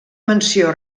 menció